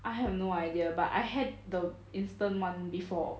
I have no idea but I had the instant [one] before